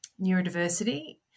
neurodiversity